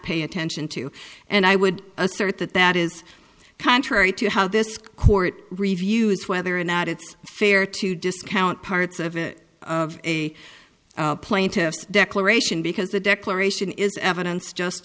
pay attention to and i would assert that that is contrary to how this court reviews whether or not it's fair to discount parts of it of a plaintiff's declaration because the declaration is evidence just